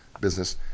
business